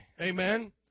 Amen